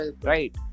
right